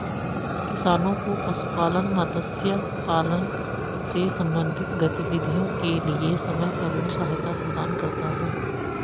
किसानों को पशुपालन, मत्स्य पालन से संबंधित गतिविधियों के लिए समय पर ऋण सहायता प्रदान करता है